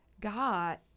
God